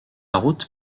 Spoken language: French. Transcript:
route